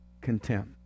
contempt